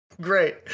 great